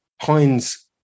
Heinz